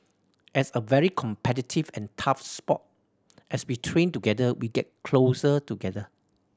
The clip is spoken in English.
as a very competitive and tough sport as we train together we get closer together